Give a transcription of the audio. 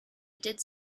did